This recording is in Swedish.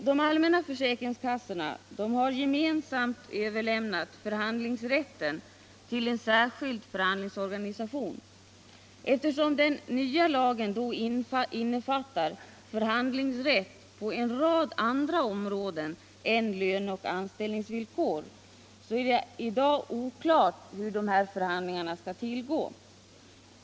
De allmänna försäkringskassorna har gemensamt överlämnat förhandlingsrätten till en särskild förhandlingsorganisation. Eftersom den nya lagen innefattar förhandlingsrätt på en rad andra områden än beträffande löneoch anställningsvillkor, är det i dag oklart hur de här förhandlingarna skall tillgå.